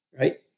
right